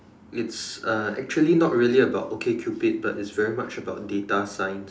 it's uh actually not really about okay cupid but it's very much about data science